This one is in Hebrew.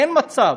אין מצב.